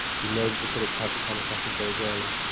we know that the critics have to come a couple of days early,